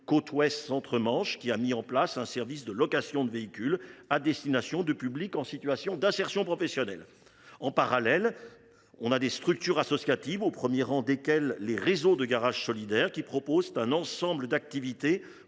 Côte Ouest Centre Manche, qui a mis en place un service de location de véhicules à destination de publics en situation d’insertion professionnelle. En parallèle, des structures associatives, au premier rang desquelles les réseaux de garages solidaires, proposent un ensemble d’activités